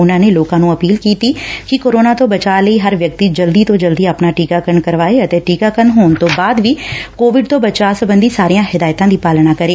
ਉਨਾਂ ਨੇ ਲੋਕਾਂ ਨੂੰ ਅਪੀਲ ਕੀਤੀ ਕਿ ਕੋਰੋਨਾ ਤੋਂ ਬਚਾਅ ਲਈ ਹਰ ਵਿਅਕਤੀ ਜਲਦੀ ਤੋਂ ਜਲਦੀ ਆਪਣਾ ਟੀਕਾਕਰਨ ਕਰਵਾਏ ਅਤੇ ਟੀਕਾਕਰਨ ਹੋਣ ਤੋਂ ਬਾਅਦ ਵੀ ਕੋਵਿਡ ਤੋਂ ਬਚਾਅ ਸਬੰਧੀ ਸਾਰੀਆਂ ਹਦਾਇਤਾਂ ਦੀ ਪਾਲਣਾ ਕਰੇ